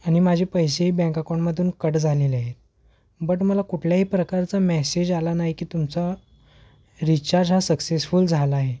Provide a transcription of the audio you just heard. आणि माझे पैसेही बँक अकाऊंटमधून कट झालेले आहेत बट मला कुठल्याही प्रकारचा मेसेज आला नाही की तुमचा रिचार्ज हा सक्सेसफुल झाला आहे